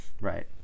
right